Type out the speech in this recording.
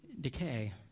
decay